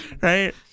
Right